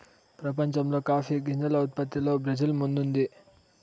ప్రపంచంలో కాఫీ గింజల ఉత్పత్తిలో బ్రెజిల్ ముందుంది